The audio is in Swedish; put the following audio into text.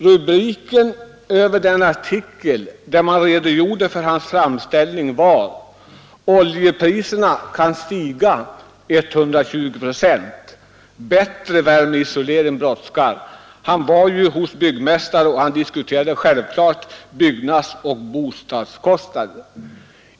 Rubriken över den artikel där man redogjorde för hans framställning var: ”Oljepriserna kan stiga 120 proc. Bättre värmeisolering brådskar.” Han var ju hos byggmästare och diskuterade självfallet byggnadsoch bostadskostnader.